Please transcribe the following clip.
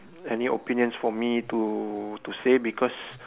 any opinions for me to to say because